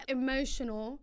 emotional